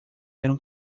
eram